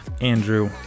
Andrew